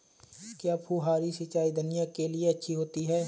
क्या फुहारी सिंचाई धनिया के लिए अच्छी होती है?